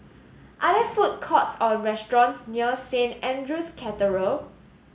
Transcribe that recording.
are there food courts or restaurants near Saint Andrew's Cathedral